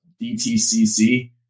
DTCC